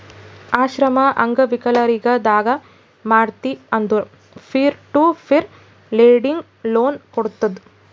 ಆಶ್ರಮ, ಅಂಗವಿಕಲರಿಗ ದಾನ ಮಾಡ್ತಿ ಅಂದುರ್ peer to peer lending loan ಕೋಡ್ತುದ್